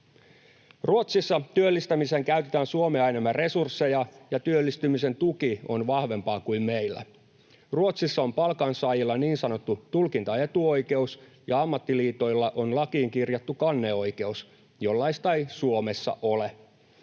Ruotsissa työllistämiseen käytetään Suomea enemmän resursseja ja työllistymisen tuki on vahvempaa kuin meillä. Ruotsissa on palkansaajilla niin sanottu tulkintaetuoikeus ja ammattiliitoilla on lakiin kirjattu kanneoikeus, jollaista ei Suomessa ole.